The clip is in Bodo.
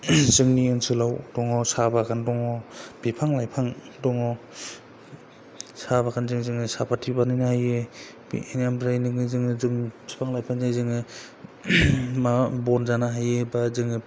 जोंनि ओनसोलाव दङ साहा बागान दङ बिफां लाइफां दङ साहा बागानजों जोङो सापाटि बानायनो हायो बेखिनियानो ओमफ्राय जों बिफां लाइफांजों जोङो माबा बन जानो हायो एबा जोङो